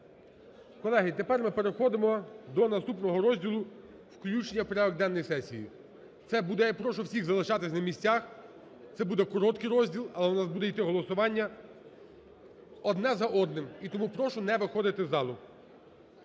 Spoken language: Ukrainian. Колеги, тепер ми переходимо до наступного розділу "Включення в порядок денний сесії". Це буде, я прошу всіх залишатися на місцях, це буде короткий розділ, але у нас буде йти голосування одне за одним, і тому прошу не виходити з залу.